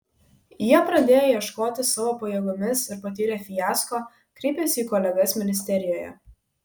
jie pradėję ieškoti savo pajėgomis ir patyrę fiasko kreipėsi į kolegas ministerijoje